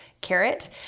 carrot